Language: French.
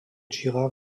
girard